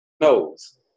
knows